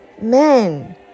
men